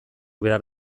behar